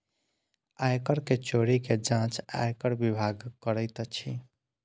आय कर के चोरी के जांच आयकर विभाग करैत अछि